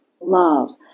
love